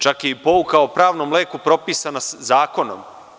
Čak je i pouka o pravnom leku propisana zakonom.